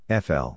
FL